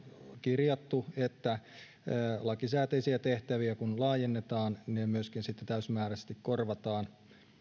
kirjattu että kun lakisääteisiä tehtäviä laajennetaan ne myöskin sitten täysimääräisesti korvataan